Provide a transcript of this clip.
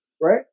right